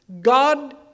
God